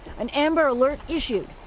an amber alert issued.